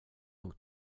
nog